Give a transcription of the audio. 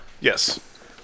Yes